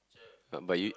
but but you